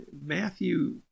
Matthew